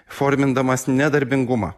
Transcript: formindamas nedarbingumą